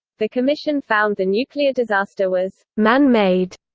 the commission found the nuclear disaster was manmade,